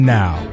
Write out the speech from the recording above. now